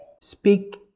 speak